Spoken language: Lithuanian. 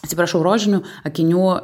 atsiprašau rožinių akinių